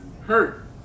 hurt